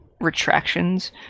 retractions